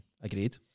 Agreed